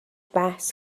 بحث